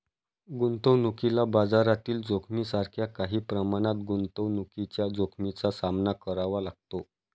गुंतवणुकीला बाजारातील जोखमीसारख्या काही प्रमाणात गुंतवणुकीच्या जोखमीचा सामना करावा लागतो